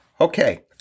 Okay